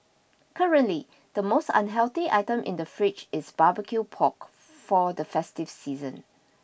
currently the most unhealthy item in the fridge is barbecued pork for the festive season